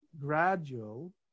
gradual